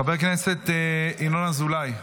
חבר הכנסת ינון אזולאי,